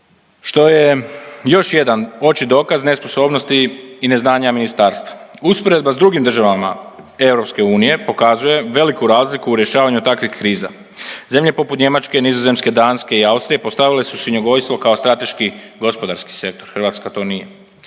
što je još jedan očit dokaza nesposobnosti i neznanja ministarstva. Usporedba s drugim državama EU pokazuje veliku razliku u rješavanju takvih kriza. Zemlje poput Njemačke, Nizozemske, Danske i Austrije postavile su svinjogojstvo kao strateški gospodarski sektor. Hrvatska to nije.